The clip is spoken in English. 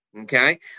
okay